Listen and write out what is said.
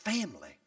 family